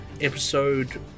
episode